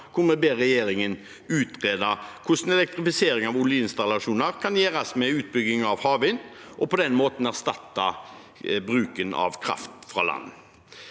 der vi ber regjeringen utrede hvordan elektrifisering av oljeinstallasjoner kan gjøres med utbygging av havvind og på den måten erstatte bruken av kraft fra land.